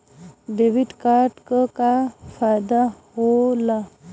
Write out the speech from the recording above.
Debit card क का फायदा हो ला?